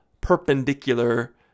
perpendicular